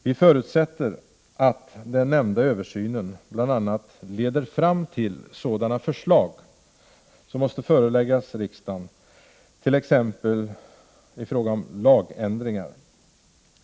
Vi förutsätter att den nämnda översynen bl.a. leder fram till sådana förslag som måste föreläggas riksdagen, exempelvis förslag om lagändringar.